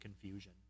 confusion